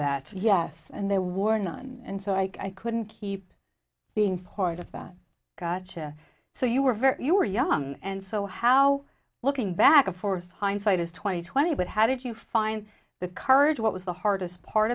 that yes and there were none and so i couldn't keep being part of that gotcha so you were very you were young and so how looking back and forth hindsight is twenty twenty but how did you find the courage what was the hardest part